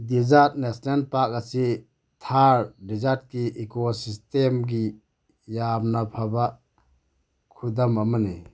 ꯗꯦꯖꯥꯔꯗ national park ꯑꯁꯤ ꯊꯥꯔ ꯗꯦꯖꯥꯔ꯭ꯗꯀꯤ ꯏꯀꯣ ꯁꯤꯁꯇꯦꯝꯒꯤ ꯌꯥꯝꯅ ꯐꯕ ꯈꯨꯗꯝ ꯑꯃꯅꯤ